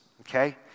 okay